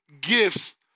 gifts